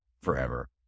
forever